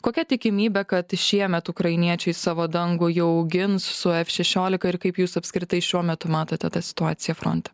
kokia tikimybė kad šiemet ukrainiečiai savo dangų jau gins su ef šešiolika ir kaip jūs apskritai šiuo metu matote tą situaciją fronte